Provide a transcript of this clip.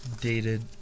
dated